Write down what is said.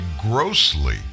grossly